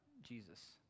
Jesus